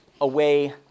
away